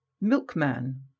Milkman